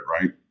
right